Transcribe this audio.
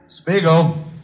Spiegel